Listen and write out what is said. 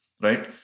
right